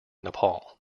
nepal